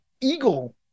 Eagle